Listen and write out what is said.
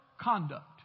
conduct